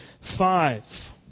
five